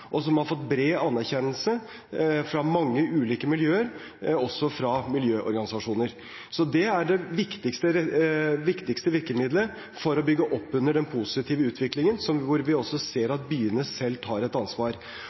og som har fått bred anerkjennelse fra mange ulike miljøer, også fra miljøorganisasjoner. Det er det viktigste virkemidlet for å bygge opp under den positive utviklingen, hvor vi også ser at byene selv tar et ansvar.